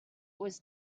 was